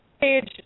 page